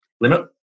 limit